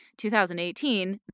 2018